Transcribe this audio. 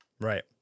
Right